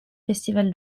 festival